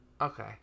okay